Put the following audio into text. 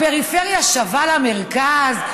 הפריפריה שווה למרכז?